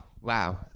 Wow